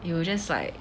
you will just like